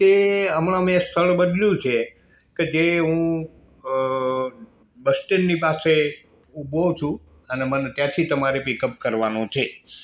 તે હમણાં મેં સ્થળ બદલ્યું છે કે જે હું બસ સ્ટેન્ડની પાસે ઊભો છું અને મને ત્યાંથી તમારે પિકઅપ કરવાનો છે